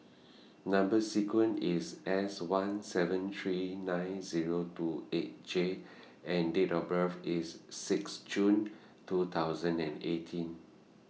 Number sequence IS S one seven three nine Zero two eight J and Date of birth IS six June two thousand and eighteen